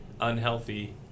unhealthy